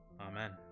Amen